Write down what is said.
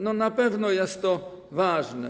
Na pewno jest to ważne.